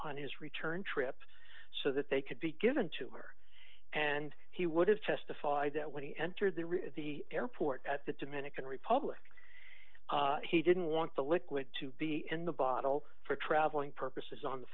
on his return trip so that they could be given to her and he would have testified that when he entered the room at the airport at the dominican republic he didn't want the liquid to be in the bottle for traveling purposes on the